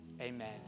amen